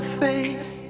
face